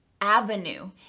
avenue